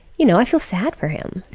you know, i feel sad for him.